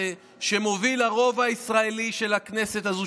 שמוביל הרוב הישראלי של הכנסת הזו,